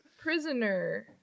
Prisoner